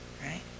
Right